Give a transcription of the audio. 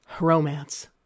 Romance